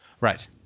Right